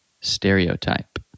stereotype